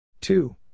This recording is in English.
Two